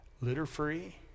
litter-free